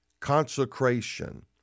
consecration